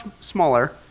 smaller